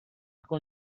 con